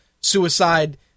suicide